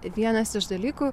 vienas iš dalykų